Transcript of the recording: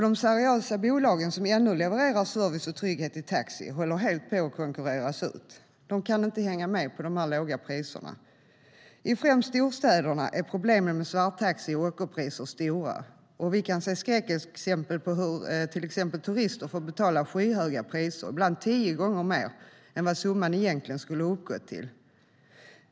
De seriösa bolag som ännu levererar service och trygghet i taxi håller helt på att konkurreras ut. De kan inte hänga med på de låga priserna. I främst storstäderna är problemen med svarttaxi och ockerpriser stora, och vi kan se skräckexempel på hur turister får betala skyhöga priser, ibland tio gånger mer än vad summan egentligen skulle ha uppgått till.